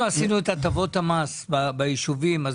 אנחנו עשינו את הטבות המס ביישובים אז